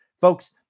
Folks